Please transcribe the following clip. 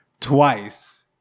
twice